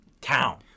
town